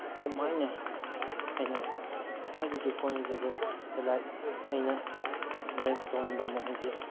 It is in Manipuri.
ꯀꯃꯥꯏꯅ ꯑꯩꯅ ꯈ꯭ꯋꯥꯏꯗꯒꯤ ꯍꯣꯠꯅꯖꯕ ꯂꯥꯏꯛ ꯑꯩꯅ ꯔꯤꯂꯦꯛꯁ ꯇꯧꯅꯤꯡꯕ ꯃꯑꯣꯡꯗꯤ